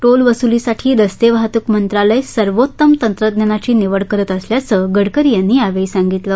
toll वसुलीसाठी रस्ते वाहतूक मंत्रालय सर्वोत्तम तंत्रज्ञानाची निवड करत असल्याचं गडकरी यांन यावेळी सांगितलं